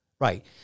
Right